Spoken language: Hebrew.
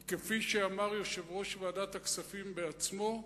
כי, כפי שאמר יושב-ראש ועדת הכספים בעצמו,